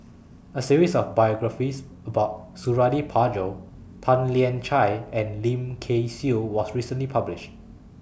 A series of biographies about Suradi Parjo Tan Lian Chye and Lim Kay Siu was recently published